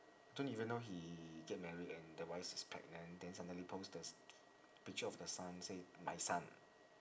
don't even know he get married and the wife is pregnant then suddenly post the picture of the son say my son